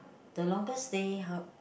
the longest stay how